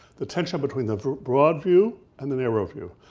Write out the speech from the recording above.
the tension between the broad view and the narrow view.